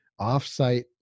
offsite